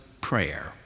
prayer